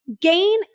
gain